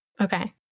Okay